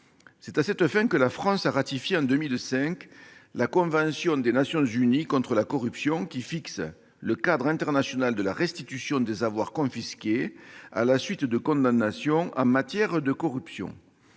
C'est à cette fin que la France a ratifié, en 2005, la convention des Nations unies contre la corruption, qui fixe le cadre international de la restitution des avoirs confisqués à la suite de condamnations en matière de corruption.